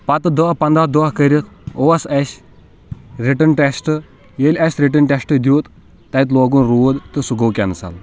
پتہٕ دٕہ پَنٛدَہ دۄہ کٔرِتھ اوس اَسۍ رِٹٕن ٹٮ۪س ییٚلہِ اسۍ رِٹٕن ٹٮ۪سٹ دِیُت تَتہِ لوگُن روٗد تہٕ سُہ گوٚو کٮ۪نسَل